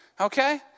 okay